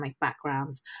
backgrounds